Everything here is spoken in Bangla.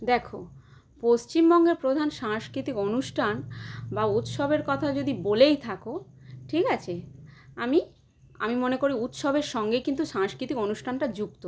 দেখো পশ্চিমবঙ্গের প্রধান সাংস্কৃতিক অনুষ্ঠান বা উৎসবের কথা যদি বলেই থাকো ঠিক আছে আমি আমি মনে করি উৎসবের সঙ্গে কিন্তু সাংস্কৃতিক অনুষ্ঠানটা যুক্ত